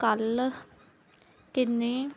ਕੱਲ੍ਹ ਕਿੰਨੀ